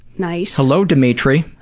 nice. hello demetri.